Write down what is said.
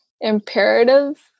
imperative